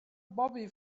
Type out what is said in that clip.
bobby